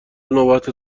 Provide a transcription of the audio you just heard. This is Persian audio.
نوبت